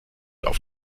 auf